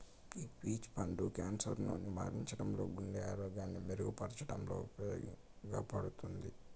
ఈ పీచ్ పండు క్యాన్సర్ ను నివారించడంలో, గుండె ఆరోగ్యాన్ని మెరుగు పరచడంలో ఉపయోగపడుతుంది